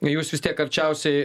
jūs vis tiek arčiausiai